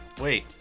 Wait